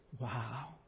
wow